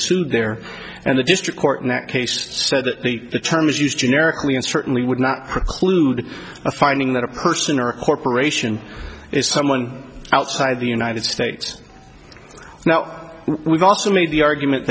sued there and the district court in that case said that the the terms used generically and certainly would not clued a finding that a person or corporation is someone outside the united states now we've also made the argument